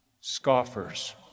scoffers